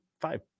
Five